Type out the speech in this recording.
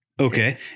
Okay